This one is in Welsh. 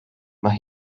mae